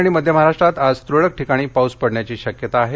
हवामान कोकण आणि मध्य महाराष्ट्रात आज तुरळक ठिकाणी पाऊस पडण्याची शक्यता आहे